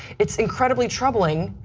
it's incredibly troubling,